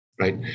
Right